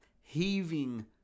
heaving